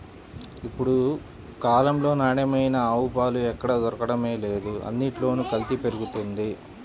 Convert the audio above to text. ఇప్పుడు కాలంలో నాణ్యమైన ఆవు పాలు ఎక్కడ దొరకడమే లేదు, అన్నిట్లోనూ కల్తీ పెరిగిపోతంది